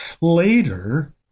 Later